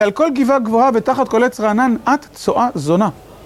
על כל גבעה גבוהה ותחת כל עץ רענן, את צועה זונה.